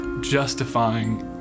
justifying